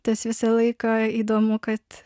tas visą laiką įdomu kad